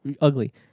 ugly